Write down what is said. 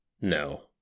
No